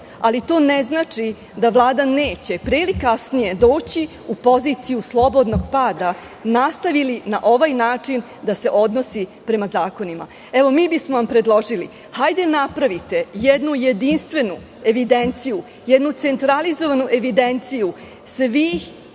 ali to ne znači da Vlada neće pre ili kasnije doći u poziciju slobodnog pada, nastavi li na ovaj način da se odnosi prema zakonima. Mi bismo vam predložili da napravite jednu jedinstvenu evidenciju, jednu centralizovanu evidenciju svih